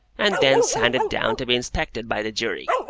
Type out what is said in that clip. and thence handed down to be inspected by the jury.